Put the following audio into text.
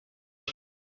air